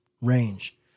range